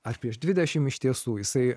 ar prieš dvidešimt iš tiesų jisai